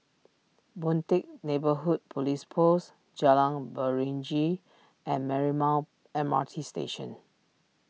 Boon Teck Neighbourhood Police Post Jalan Beringin and Marymount M R T Station